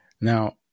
now